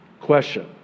Question